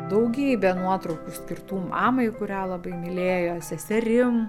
daugybė nuotraukų skirtų mamai kurią labai mylėjo seserim